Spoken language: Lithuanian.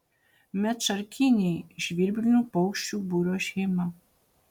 medšarkiniai žvirblinių paukščių būrio šeima